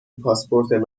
پاسپورت